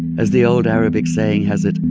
as the old arabic saying has it,